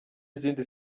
izindi